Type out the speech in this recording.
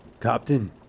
Captain